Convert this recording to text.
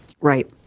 Right